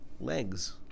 legs